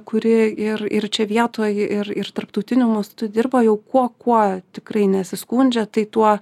kuri ir ir čia vietoj ir ir tarptautiniu mastu dirba jau kuo kuo tikrai nesiskundžia tai tuo